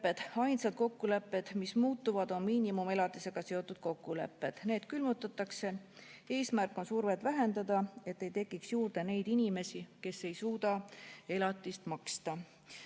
Ainsad kokkulepped, mis muutuvad, on miinimumelatisega seotud kokkulepped. Need külmutatakse. Eesmärk on survet vähendada, et ei tekiks juurde neid inimesi, kes ei suuda elatist maksta.